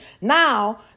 Now